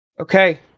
Okay